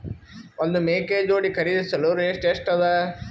ಒಂದ್ ಮೇಕೆ ಜೋಡಿ ಖರಿದಿಸಲು ರೇಟ್ ಎಷ್ಟ ಅದ?